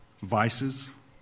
vices